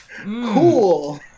cool